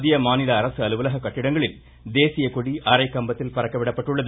மத்திய மாநில அரசு அலுவலக கட்டிடங்களில் தேசிய கொடி அரை கம்பத்தில் பறக்கவிடப்பட்டுள்ளது